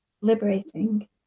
liberating